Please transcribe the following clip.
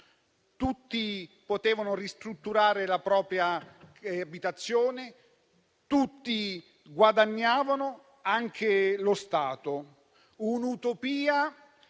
tutti potevano ristrutturare la propria abitazione e che tutti ci guadagnavano, anche lo Stato. Si